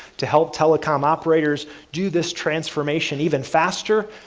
to help telecom operators do this transformation even faster,